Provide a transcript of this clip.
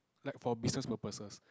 like for business purposes